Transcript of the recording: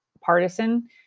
partisan